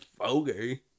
Okay